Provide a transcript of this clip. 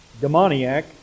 demoniac